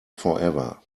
forever